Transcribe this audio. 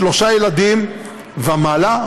שלושה ילדים ומעלה,